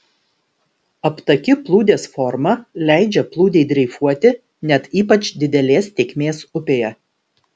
aptaki plūdės forma leidžia plūdei dreifuoti net ypač didelės tėkmės upėje